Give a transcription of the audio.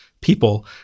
people